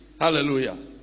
Hallelujah